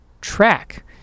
track